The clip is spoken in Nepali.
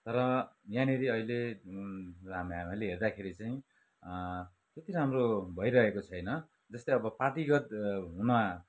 तर यहाँनिर अहिले हामीले हेर्दाखेरि चाहिँ त्यति राम्रो भइरहेको छैन जस्तै अब पार्टीगत हुनुमा